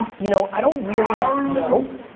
you know i don't really know.